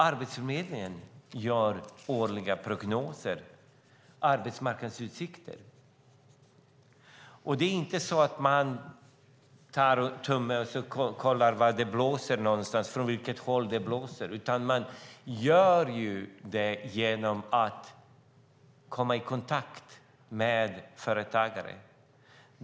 Arbetsförmedlingen gör årliga prognoser om arbetsmarknadsutsikterna. Det är inte så att man tar tummen och kollar från vilket håll det blåser, utan man gör det genom att komma i kontakt med företagare.